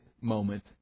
moment